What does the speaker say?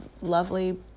lovely